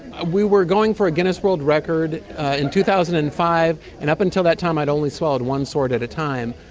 ah we were going for a guinness world record in two thousand and five, and up until that time i'd only swallowed one sword at a time.